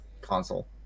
console